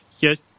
yes